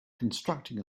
constructing